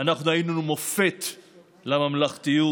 אנחנו היינו מופת לממלכתיות.